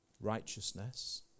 righteousness